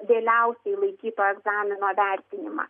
vėliausiai laikyto egzamino vertinimą